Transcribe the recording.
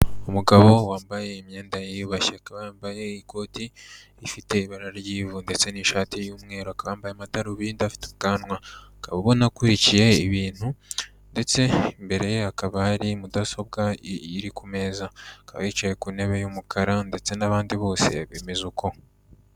Umugabo wambaye imyenda yiyubashye akaba yambaye ikoti rifite ibara ry'ivu ndetse n'ishati y'umweru, akaba yambaye amadarubindi afite ubwanwa, ukaba ubona akurikiye ibintu ndetse imbere ye hakaba hari mudasobwa iri ku meza, akaba yicaye ku ntebe y'umukara ndetse n'abandi bose bimeza uko.